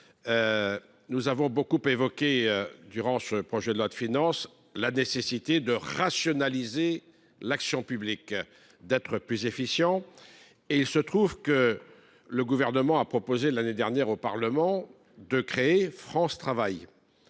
Nous avons beaucoup évoqué, durant l’examen de ce projet de loi de finances, la nécessité de rationaliser l’action publique, de la rendre plus efficiente. Il se trouve que le Gouvernement a proposé l’année dernière au Parlement de créer France Travail.